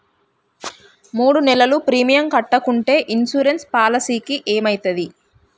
మూడు నెలలు ప్రీమియం కట్టకుంటే ఇన్సూరెన్స్ పాలసీకి ఏమైతది?